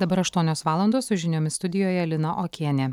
dabar aštuonios valandos su žiniomis studijoje lina okienė